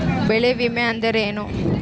ಬೆಳೆ ವಿಮೆ ಅಂದರೇನು?